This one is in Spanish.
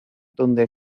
donde